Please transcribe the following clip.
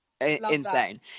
insane